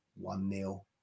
one-nil